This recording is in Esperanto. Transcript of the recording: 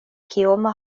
kioma